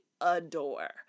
adore